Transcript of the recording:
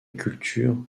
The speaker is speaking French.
culture